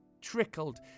trickled